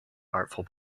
artful